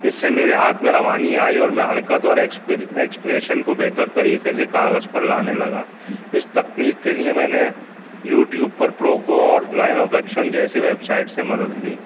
اس سے میرے ہاتھ میں روانی آئی اور میں حرکت اور ایکس ایکسپریشن کو بہتر طریقے سے کاغذ پر لانے لگا اس تکنیک کے لیے میں نے یوٹیوب پر پروکو اور لائن آف ایکشن جیسی ویبسائٹ سے مدد لی